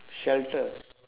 shelter